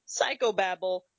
psychobabble